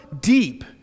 deep